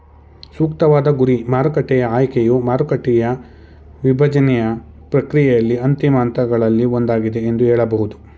ಸೂಕ್ತವಾದ ಗುರಿ ಮಾರುಕಟ್ಟೆಯ ಆಯ್ಕೆಯು ಮಾರುಕಟ್ಟೆಯ ವಿಭಜ್ನೆಯ ಪ್ರಕ್ರಿಯೆಯಲ್ಲಿ ಅಂತಿಮ ಹಂತಗಳಲ್ಲಿ ಒಂದಾಗಿದೆ ಎಂದು ಹೇಳಬಹುದು